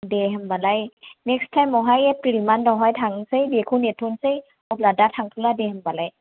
दे होमब्लाय नेक्स्ट टाइमावहाय एप्रिल मान्थावहाय थांसै बेखौ नेथ'नसै अब्ला दा थांथला दे होमब्लाय